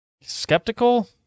skeptical